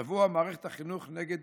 "שבוע מערכת החינוך נגד